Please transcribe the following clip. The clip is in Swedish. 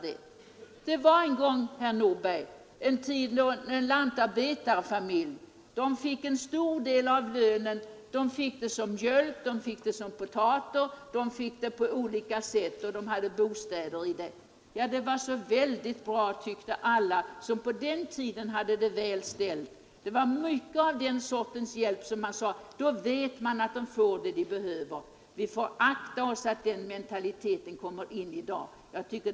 Det var, herr Nordberg, en tid då en lantarbetarfamilj fick en stor del av lönen som mjölk, som potatis och som bostad. Det ansågs bra med den sortens hjälp, tyckte alla som hade det väl ställt, för då visste man att lantarbetarfamiljerna fick vad de behövde. Vi får akta oss för att den mentaliteten kommer tillbaka.